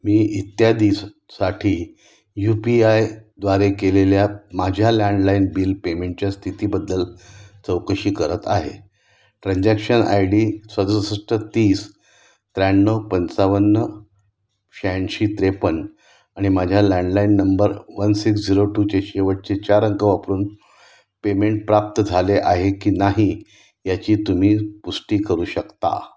मी इत्यादी साठी U P I द्वारे केलेल्या माझ्या लँडलाईन बिल पेमेंटच्या स्थितीबद्दल चौकशी करत आहे ट्रान्झॅक्शन आय डी सदुसष्ट तीस त्र्याण्णव पंचावन्न शहाऐंशी त्रेपन्न आणि माझ्या landline number one six zero two चे शेवटचे चार अंक वापरून पेमेंट प्राप्त झाले आहे की नाही याची तुम्ही पुष्टी करू शकता